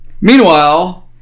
Meanwhile